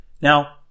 Now